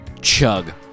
chug